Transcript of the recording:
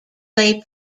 lay